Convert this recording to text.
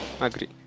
agree